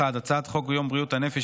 הצעת חוק יום בריאות הנפש,